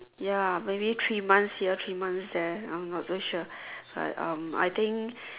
ya maybe three months here three months there I'm not to sure I think